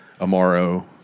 Amaro